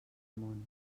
món